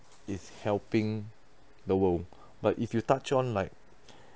is helping the world like if you touched on like